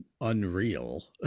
unreal